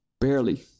Barely